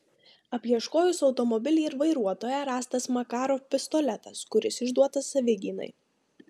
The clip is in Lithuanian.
apieškojus automobilį ir vairuotoją rastas makarov pistoletas kuris išduotas savigynai